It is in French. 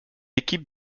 équipe